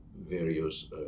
various